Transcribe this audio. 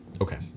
Okay